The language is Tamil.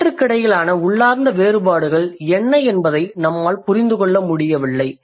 இவற்றுக்கிடையிலான உள்ளார்ந்த வேறுபாடுகள் என்ன என்பதை நம்மால் புரிந்து கொள்ள முடியவில்லை